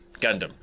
Gundam